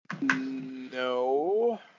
No